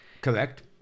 Correct